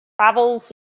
travels